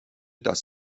das